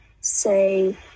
say